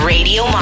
Radio